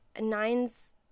nines